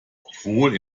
obwohl